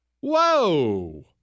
whoa